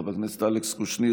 חבר הכנסת אלכס קושניר,